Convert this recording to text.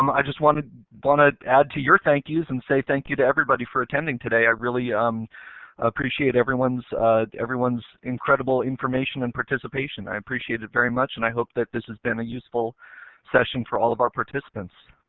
um i just wanted to add to your thank yous and say thank you to everybody for attending today. i really um appreciate everyone's everyone's incredible information and participation. i appreciate it very much and i hope that this has been a useful session for all of our participants.